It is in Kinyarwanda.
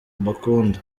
mbakunda